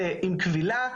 זה עם כבילה,